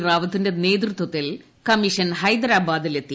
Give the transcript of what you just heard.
റാവത്തിന്റെ നേതൃത്വത്തിൽ കമ്മീഷൻ ഹൈദരാബാദിലെത്തി